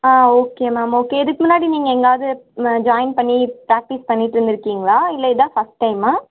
ஆ okay ma'am okay இதுக்கு முன்னாடி நீங்கள் எங்கியாவது ஜாயின் பண்ணி ப்ராக்டிஸ் பண்ணிட்டுருந்திருக்கீங்களா இல்லை இதான் ஃபஸ்ட் டைம்மா